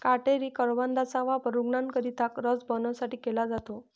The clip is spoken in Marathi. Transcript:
काटेरी करवंदाचा वापर रूग्णांकरिता रस बनवण्यासाठी केला जातो